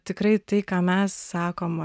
tikrai tai ką mes sakom